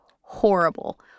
horrible